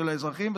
של האזרחים,